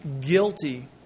guilty